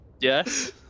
Yes